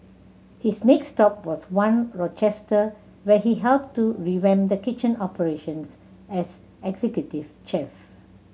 his next stop was One Rochester where he helped to revamp the kitchen operations as executive chef